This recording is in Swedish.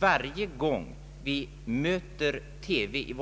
Varje gång vi ser TV